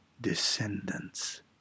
Descendants